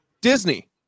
Disney